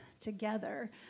together